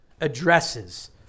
addresses